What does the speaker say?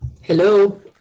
Hello